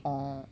orh